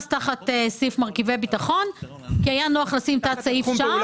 תחת סעיף מרכיבי ביטחון כי היה נוח לשים תת סעיף שם.